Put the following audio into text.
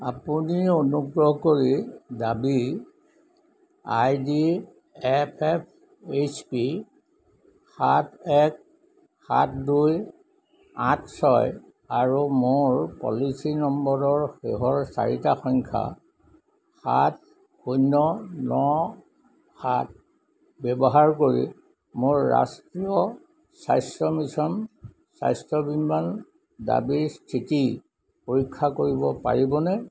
আপুনি অনুগ্ৰহ কৰি দাবী I D F F H P সাত এক সাত দুই আঠ ছয় আৰু মোৰ পলিচি নম্বৰৰ শেষৰ চাৰিটা সংখ্যা সাত শূন্য ন সাত ব্যৱহাৰ কৰি মোৰ ৰাষ্ট্ৰীয় স্বাস্থ্য মিছন স্বাস্থ্য বীমা দাবীৰ স্থিতি পৰীক্ষা কৰিব পাৰিবনে